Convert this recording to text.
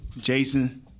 Jason